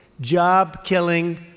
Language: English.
job-killing